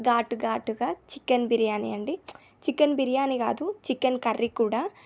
ఘాటుఘాటుగా chicken biryani అండి chicken biryani కాదు chicken curry కూడా